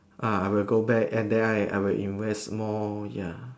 I will go back and then I will invest more ya